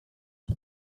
gli